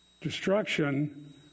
destruction